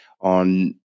on